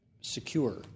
secure